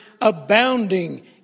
abounding